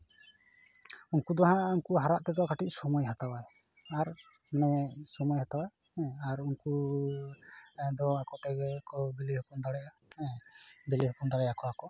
ᱩᱱᱠᱩ ᱫᱚ ᱦᱟᱸᱜ ᱩᱱᱠᱩ ᱦᱟᱨᱟᱜ ᱛᱮᱫᱚ ᱠᱟᱹᱴᱤᱡ ᱥᱚᱢᱚᱭ ᱦᱟᱛᱟᱣᱟᱭ ᱟᱨ ᱚᱱᱮ ᱥᱚᱢᱚᱭ ᱦᱟᱛᱟᱣᱟᱭ ᱦᱮᱸ ᱟᱨ ᱩᱱᱠᱩ ᱫᱚ ᱟᱠᱚ ᱛᱮᱜᱮ ᱠᱚ ᱵᱤᱞᱤ ᱦᱚᱯᱚᱱ ᱫᱟᱲᱮᱭᱟᱜᱼᱟ ᱦᱮᱸ ᱵᱤᱞᱤ ᱦᱚᱯᱚᱱ ᱫᱟᱲᱮᱭᱟᱠᱚᱣᱟᱠᱚ